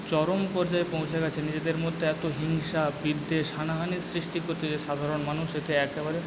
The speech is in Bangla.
চরম পর্যায়ে পৌঁছে গেছে নিজেদের মধ্যে এতো হিংসা বিদ্বেষ হানাহানির সৃষ্টি করছে যে সাধারণ মানুষ এতে একেবারে